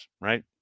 right